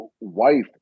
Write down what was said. wife